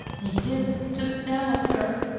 he did, jest now, sir.